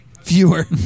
Fewer